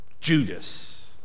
Judas